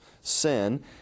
sin